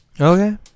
Okay